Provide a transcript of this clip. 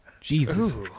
Jesus